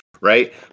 Right